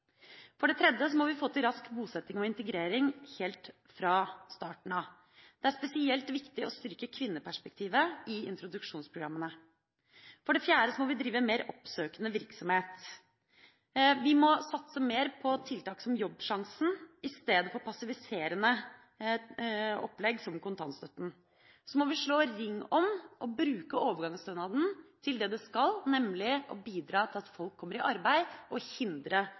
For det tredje må vi få til rask bosetting og integrering helt fra starten av. Det er spesielt viktig å styrke kvinneperspektivet i introduksjonsprogrammene. For det fjerde må vi drive en mer oppsøkende virksomhet. Vi må satse mer på tiltak som Jobbsjansen i stedet for passiviserende opplegg som kontantstøtten. Så må vi slå ring om og bruke overgangsstønaden slik den skal brukes, nemlig bidra til at folk kommer i arbeid og hindre